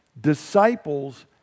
disciples